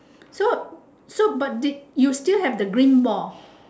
so so but they you still have the green ball